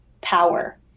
power